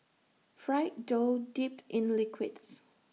fried dough dipped in liquids